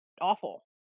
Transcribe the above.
awful